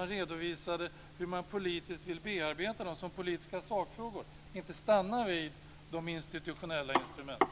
redovisa hur man vill bearbeta som politiska sakfrågor. Man får inte stanna vid de institutionella instrumenten.